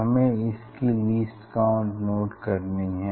हमें इसकी list count note करनी है